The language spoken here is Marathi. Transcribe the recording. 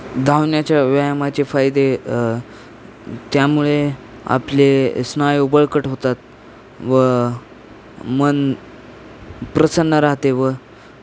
धावण्याच्या व्यायामाचे फायदे त्यामुळे आपले स्नायू बळकट होतात व मन प्रसन्न राहते व